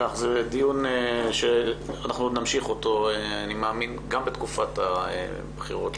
זה דיון שאנחנו עוד נמשיך אותו גם בתקופת הבחירות,